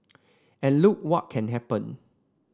and look what can happen